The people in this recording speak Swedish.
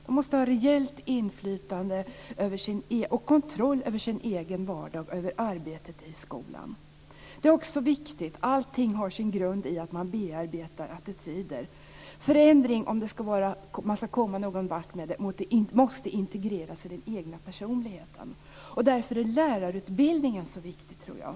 De måste ha reellt inflytande och kontroll över sin egen vardag, över arbetet i skolan. Allting har sin grund i att man bearbetar attityder. Förändring, om man ska komma någon vart, måste integreras i den egna personligheten. Därför är lärarutbildningen så viktig, tror jag.